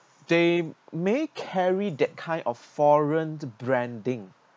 they may carry that kind of foreign branding